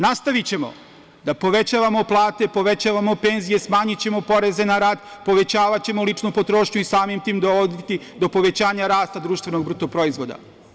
Nastavićemo da povećavamo plate, povećavamo penzije, smanjićemo poreze na rad, povećavaćemo ličnu potrošnju i samim tim dovoditi do povećanja rasta društveno bruto proizvoda.